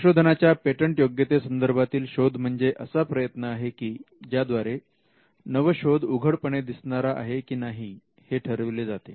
संशोधनाच्या पेटंटयोग्यते संदर्भातील शोध म्हणजे असा प्रयत्न आहे ज्याद्वारे नवशोध उघडपणे दिसणारा आहे की नाही हे ठरविले जाते